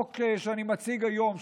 החוק שאני מציג היום,